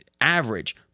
Average